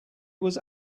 was